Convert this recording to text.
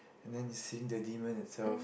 and then the seeing the demon itself